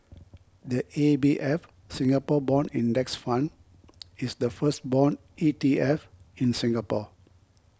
the A B F Singapore Bond Index Fund is the first bond E T F in Singapore